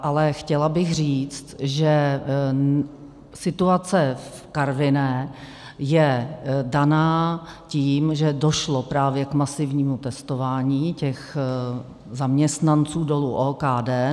Ale chtěla bych říct, že situace v Karviné je daná tím, že došlo právě k masivnímu testování těch zaměstnanců dolů OKD.